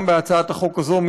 גם בהצעת החוק הזאת,